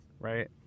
Right